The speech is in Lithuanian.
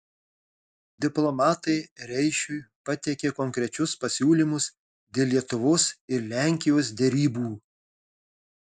diplomatai reišiui pateikė konkrečius pasiūlymus dėl lietuvos ir lenkijos derybų